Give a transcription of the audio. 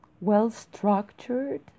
well-structured